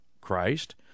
Christ